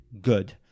Good